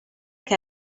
che